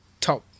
top